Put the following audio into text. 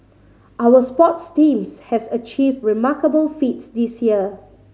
our sports teams have achieved remarkable feats this year